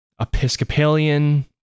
Episcopalian